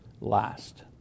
last